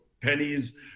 pennies